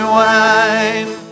wine